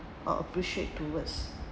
or appreciate towards